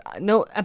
no